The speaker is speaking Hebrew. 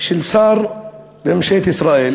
של שר בממשלת ישראל,